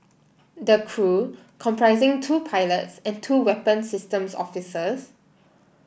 the crew comprising two pilots and two weapon systems officers